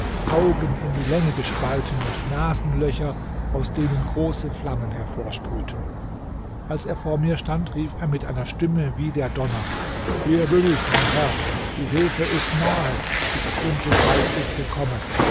augen in die länge gespalten und nasenlöcher aus denen große flammen hervorsprühten als er vor mir stand rief er mit einer stimme wie der donner hier bin ich mein herr die hilfe ist nahe die bestimmte zeit ist gekommen